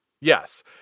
Yes